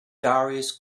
darius